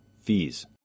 fees